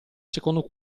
secondo